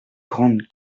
grande